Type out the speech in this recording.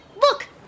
Look